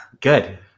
good